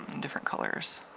different colors